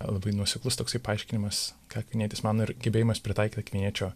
labai nuoseklus toksai paaiškinimas ką akvinietis mano ir gebėjimas pritaikyt akviniečio